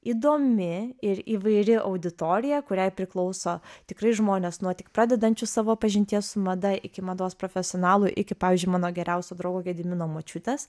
įdomi ir įvairi auditorija kuriai priklauso tikrai žmonės nuo tik pradedančių savo pažinties su mada iki mados profesionalų iki pavyzdžiui mano geriausio draugo gedimino močiutės